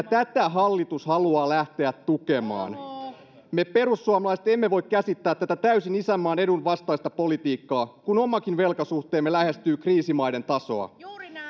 tätä hallitus haluaa lähteä tukemaan me perussuomalaiset emme voi käsittää tätä täysin isänmaan edun vastaista politiikkaa kun omakin velkasuhteemme lähestyy kriisimaiden tasoa